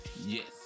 yes